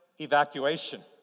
evacuation